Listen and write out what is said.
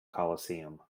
coliseum